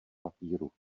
papíru